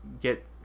get